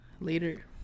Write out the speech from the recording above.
later